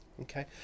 Okay